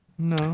No